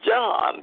John